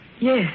Yes